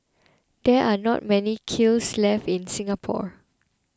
there are not many kilns left in Singapore